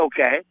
okay